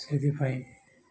ସେଥିପାଇଁ